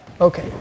Okay